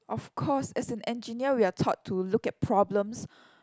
of course as an engineer we are taught to look at problems